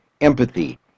Empathy